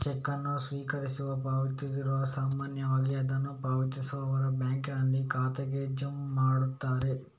check ಅನ್ನು ಸ್ವೀಕರಿಸುವ ಪಾವತಿದಾರರು ಸಾಮಾನ್ಯವಾಗಿ ಅದನ್ನು ಪಾವತಿಸುವವರ ಬ್ಯಾಂಕಿನಲ್ಲಿ ಖಾತೆಗೆ ಜಮಾ ಮಾಡುತ್ತಾರೆ